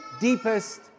deepest